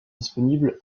disponible